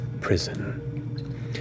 prison